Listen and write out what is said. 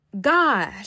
god